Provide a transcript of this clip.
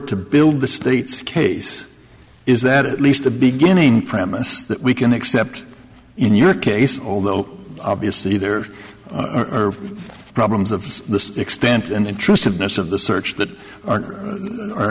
to build the state's case is that at least the beginning premise that we can accept in your case although obviously there are problems of the extent and intrusiveness of the search that are